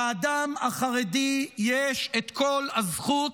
לאדם החרדי יש את כל הזכות